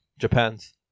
Japan's